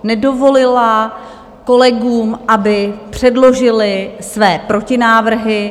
Nedovolila kolegům, aby předložili své protinávrhy.